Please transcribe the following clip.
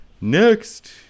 Next